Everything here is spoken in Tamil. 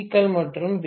க்கள் மற்றும் பி